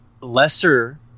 lesser